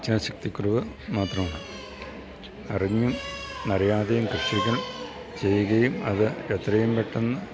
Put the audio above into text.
ഇച്ഛാശക്തിക്കുറവ് മാത്രമാണ് അറിഞ്ഞും അറിയാതെയും കൃഷികൾ ചെയ്യുകയും അത് എത്രയും പെട്ടെന്ന്